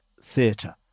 theatre